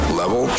level